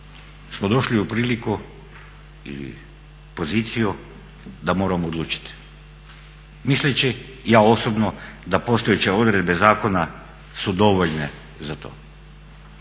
smo došli u priliku ili poziciju da moramo odlučiti misleći ja osobno da postojeće odredbe zakona su dovoljne za to.